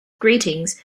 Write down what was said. greetings